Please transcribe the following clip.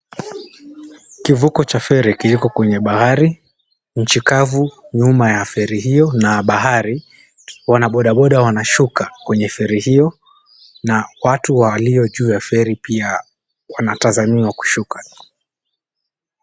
Kivuko cha feri kiliko kwenye bahari, nchi kavu nyuma ya feri hio na bahari, wanabodaboda wanashuka kwenye feri hio na watu walio juu ya feri pia wanatazamiwa kushuka.